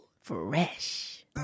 Fresh